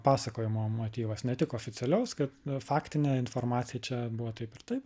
pasakojimo motyvas ne tik oficialios kad faktinė informacija čia buvo taip ir taip